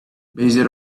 based